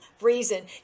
reason